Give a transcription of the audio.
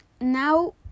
now